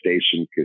Station